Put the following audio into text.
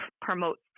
promote